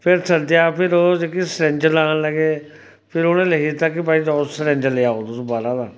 फिर सद्देआ फिर ओह् जेह्की सरिंज लान लगे फिर उ'नें लिखी दित्ता कि भाई जाओ सरिंज लेआओ तुस बाह्रा दा